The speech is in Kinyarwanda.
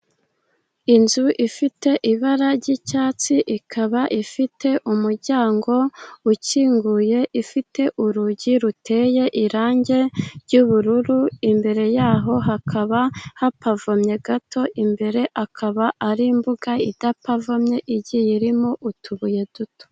Inzu ifite ibara ry'icyatsi ikaba ifite umu umuryango ukinguye, ifite urugi ruteye irangi ry'ubururu, imbere yaho hakaba hapavumye gato, imbere akaba ari imbuga idapavamye igiye irimo utubuye duto.